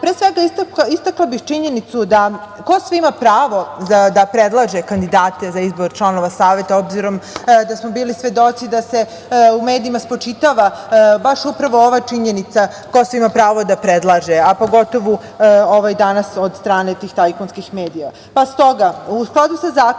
tela. Istakla bih činjenicu ko sve ima pravo da predlaže kandidate za izbor članova Saveta, obzirom da smo bili svedoci da se u medijima spočitava baš upravo ova činjenica ko sve ima pravo da predlaže, a pogotovo ovaj danas od strane tih tajkunskih medija.